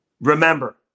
remember